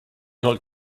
not